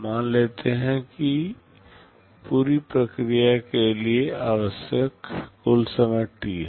मान लेते है की पूरी प्रक्रिया के लिए आवश्यक कुल समय T है